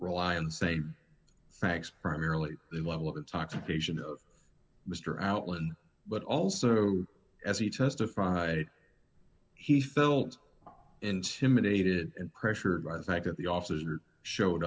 rely on same facts primarily the level of intoxication of mr outland but also as he testified he felt intimidated and pressured by the fact that the officer showed